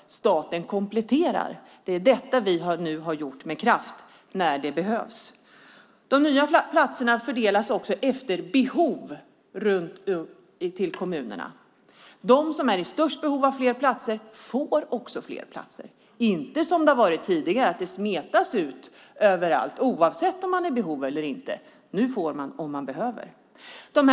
Staten kompletterar. Det är det som vi nu har gjort med kraft när det behövs. De nya platserna fördelas också efter behov till kommunerna. De som är i störst behov av fler platser får också fler platser. Det ska inte vara som tidigare, att de smetas ut överallt, oavsett om kommunerna har behov av dem eller inte. Nu får kommunerna fler platser om de behöver det.